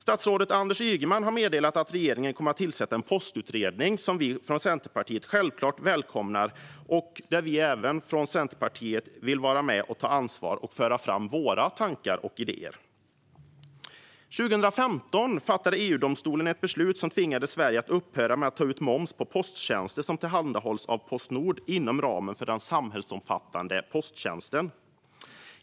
Statsrådet Anders Ygeman har meddelat att regeringen kommer att tillsätta en postutredning som vi från Centerpartiet självklart välkomnar och där vi vill vara med och ta ansvar och föra fram våra tankar och idéer. EU-domstolen fattade 2015 ett beslut som tvingade Sverige att upphöra med att ta ut moms på posttjänster som tillhandahålls av Postnord inom ramen för den samhällsomfattande posttjänsten.